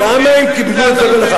למה הם קבעו את פסק ההלכה.